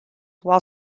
while